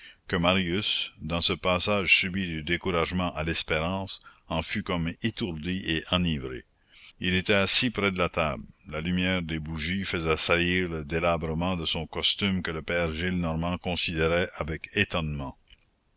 que marius dans ce passage subit du découragement à l'espérance en fut comme étourdi et enivré il était assis près de la table la lumière des bougies faisait saillir le délabrement de son costume que le père gillenormand considérait avec étonnement